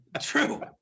True